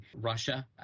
Russia